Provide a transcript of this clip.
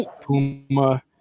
Puma